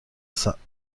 سالمتی